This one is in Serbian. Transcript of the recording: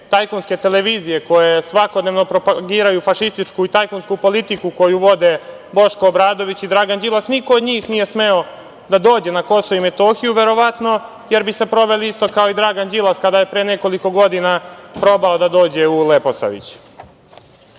tajkunske televizije koje svakodnevno propagiraju fašističku i tajkunsku politiku koju vode Boško Obradović i Dragan Đilas, niko od njih nije smeo da dođe na KiM, verovatno jer bi se proveli isto kao i Dragan Đilas kada je pre nekoliko godina probao da dođe u Leposavić. Pre